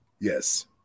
Yes